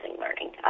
learning